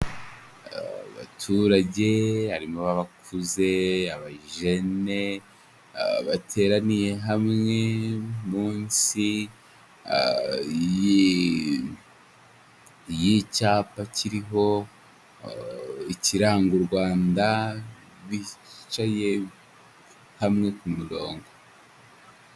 Abaturage harimo abakuze, abajene bateraniye hamwe munsi y'icyapa kiriho ikiranga u Rwanda, bicaye hamwe kumurongo.